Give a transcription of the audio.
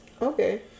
Okay